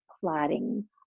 plotting